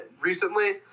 recently